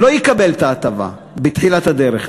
ולא יקבל את ההטבה בתחילת הדרך,